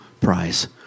prize